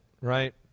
right